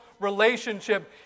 relationship